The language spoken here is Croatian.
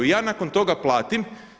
Ja nakon toga platim.